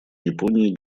японии